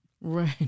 Right